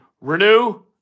Renew